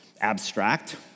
abstract